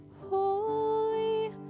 Holy